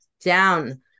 down